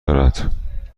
دارد